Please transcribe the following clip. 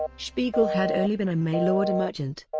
spiegel had only been a mail-order merchant.